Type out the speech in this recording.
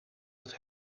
het